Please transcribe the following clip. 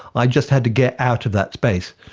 i just had to get out of that space.